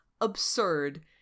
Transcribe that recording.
absurd